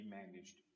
managed